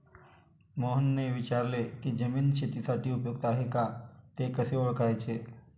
मोहनने विचारले की जमीन शेतीसाठी उपयुक्त आहे का ते कसे ओळखायचे?